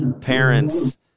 parents –